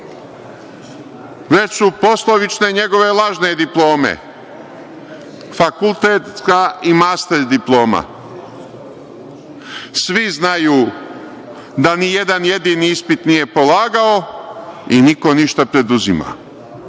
već su poslovične njegove lažne diplome, fakultetska i master diploma. Svi znaju da ni jedan jedini ispit nije polagao i niko ništa ne preduzima.